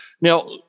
Now